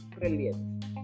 brilliant